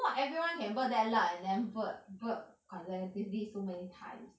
not everyone can burp that loud and then burp burp consecutively so many times